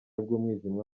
bw’umwijima